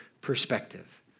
perspective